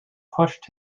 pushed